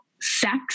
sex